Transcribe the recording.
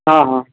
ହଁ ହଁ